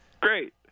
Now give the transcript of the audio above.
Great